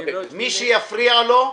מי שיפריע לו,